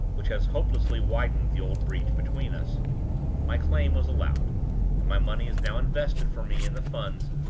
which has hopelessly widened the old breach between us my claim was allowed and my money is now invested for me in the funds,